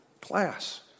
class